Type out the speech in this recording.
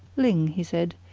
ling, he said,